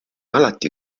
alati